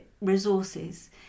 resources